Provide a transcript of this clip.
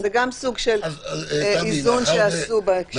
אז גם סוג של איזון שעשו בהקשר הזה.